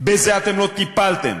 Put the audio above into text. בזה אתם לא טיפלתם.